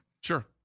Sure